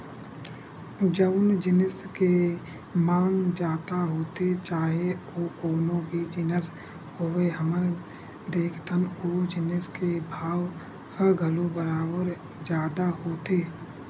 जउन जिनिस के मांग जादा होथे चाहे ओ कोनो भी जिनिस होवय हमन देखथन ओ जिनिस के भाव ह घलो बरोबर जादा होथे